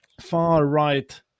far-right